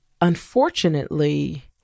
unfortunately